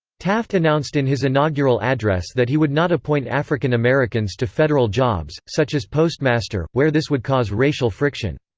taft announced in his inaugural address that he would not appoint african americans to federal jobs, such as postmaster, where this would cause racial friction.